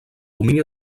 domini